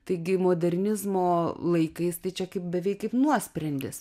taigi modernizmo laikais tai čia kaip beveik kaip nuosprendis